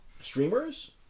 streamers